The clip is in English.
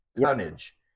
tonnage